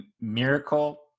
miracle